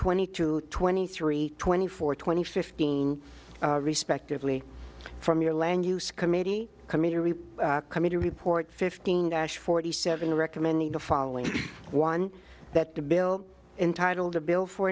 twenty two twenty three twenty four twenty fifteen respectively from your land use committee committee committee report fifteen nash forty seven recommending the following one that the bill intitled a bill for